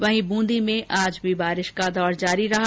वहीं बूंदी में आज भी बारिश का दौर जारी रहा